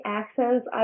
accents